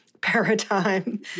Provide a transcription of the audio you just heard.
paradigm